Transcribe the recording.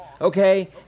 okay